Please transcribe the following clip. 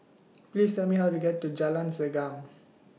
Please Tell Me How to get to Jalan Segam